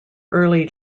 early